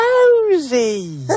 Rosie